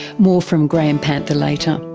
more from graeme panther later.